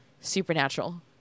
supernatural